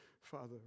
father